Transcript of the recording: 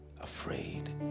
afraid